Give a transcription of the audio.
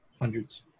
hundreds